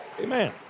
Amen